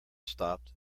stopped